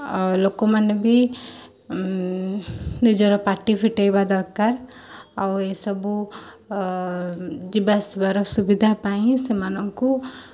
ଆଉ ଲୋକମାନେ ବି ନିଜର ପାଟି ଫିଟାଇବା ଦରକାର ଆଉ ଏସବୁ ଯିବା ଆସିବାର ସୁବିଧା ପାଇଁ ସେମାନଙ୍କୁ